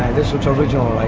this looks original all right.